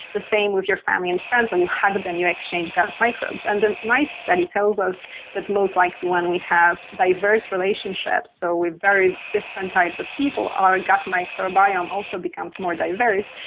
the same with your family and friends, when you hug them you exchange gut microbes. and the mice study tells us that most likely when we have diverse relationships, so with very different types of people, our gut microbiome also becomes more diverse,